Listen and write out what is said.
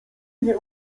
nie